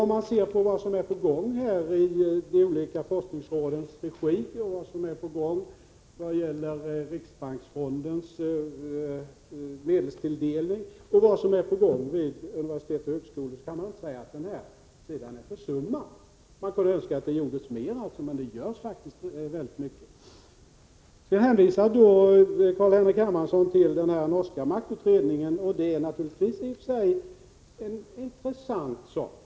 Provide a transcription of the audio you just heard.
Om man ser på vad som är på gång i de olika forskningsrådens regi, genom riksbanksfondens medelstilldelning och genom vad som görs vid universitet och högskolor kan man inte säga att den här sidan är försummad. Man kunde önska att det gjordes mer, men det görs faktiskt väldigt mycket. Carl-Henrik Hermansson hänvisade till den norska maktutredningen, en i och för sig intressant sak.